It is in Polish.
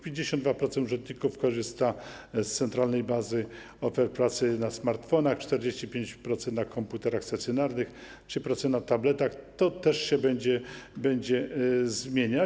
52% użytkowników korzysta z Centralnej Bazy Ofert Pracy na smartfonach, 45% na komputerach stacjonarnych, 3% na tabletach, to też się będzie zmieniać.